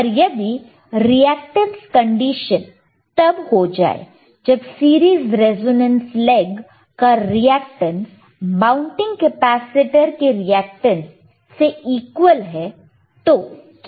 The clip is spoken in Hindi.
पर यदि रिएक्टेंस कंडीशन तब हो जाए जब सीरीज रिजोनेंस लेग का रिएक्टेंस माउंटिंग कैपेसिटर के रिएक्टेंस इक्वल है तो क्या होगा